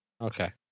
Okay